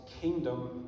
kingdom